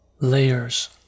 layers